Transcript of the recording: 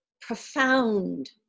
profound